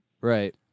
Right